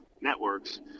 networks